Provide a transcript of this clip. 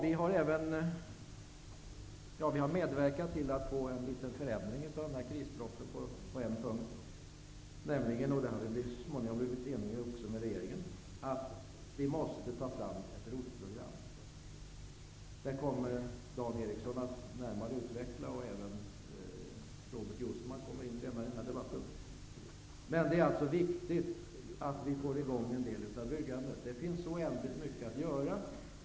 Vi har medverkat till att få till stånd en liten förändring av krispropositionen på en punkt - där har vi så småningom blivit eniga med regeringen - nämligen att ett ROT-program måste tas fram. Det kommer Dan Eriksson i Stockholm att närmare utveckla, och även Robert Jousma kommer in senare i debatten. Det är viktigt att vi får i gång en del av byggandet. Det finns oändligt mycket att göra.